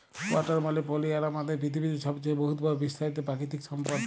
water মালে পালি আর আমাদের পিথিবীতে ছবচাঁয়ে বহুতভাবে বিস্তারিত পাকিতিক সম্পদ